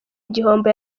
igihombo